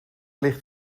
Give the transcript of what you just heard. ligt